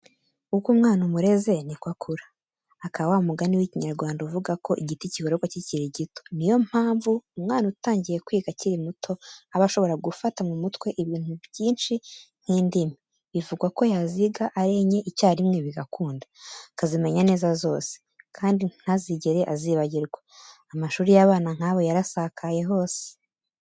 Uko umwana umureze niko akura, aka wa mugani w'Ikinyarwanda uvuga ko igiti kigororwa kikiri gito. Niyo mpamvu umwana utangiye kwiga akiri muto aba ashobora gufata mu mute ibintu byinshi nk'indimi, bivugwa ko yaziga ari enye icyarimwe, bigakunda, akazimenya neza zose, kandi ntazigere azibagirwa. Amashuri y'abana nk'abo yarasakaye hose.